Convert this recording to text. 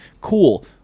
Cool